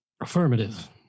Affirmative